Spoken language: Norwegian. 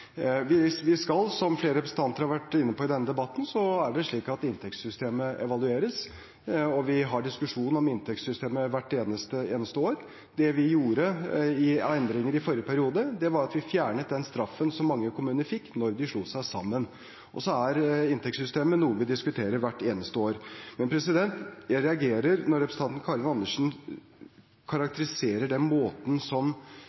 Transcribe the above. og sånn skal det være. Det skal være slik at Stortinget passer på regjeringen. Som flere representanter har vært inne på i denne debatten, er det slik at inntektssystemet evalueres, og vi diskuterer inntektssystemet hvert eneste år. Det vi gjorde av endringer i forrige periode, var at vi fjernet straffen som mange kommuner fikk da de slo seg sammen. Inntektssystemet er noe vi diskuterer hvert eneste år. Men jeg reagerer når representanten Karin Andersen